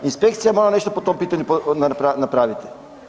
Inspekcija mora nešto po tom pitanju napraviti,